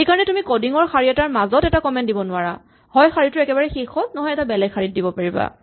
সেইকাৰণে তুমি কডিং ৰ শাৰী এটাৰ মাজতে এটা কমেন্ট দিব নোৱাৰা হয় শাৰীটোৰ একেবাৰে শেষত নহয় এটা বেলেগ শাৰীত দিব পাৰিবা